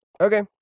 Okay